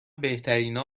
بهترینا